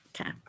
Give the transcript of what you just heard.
Okay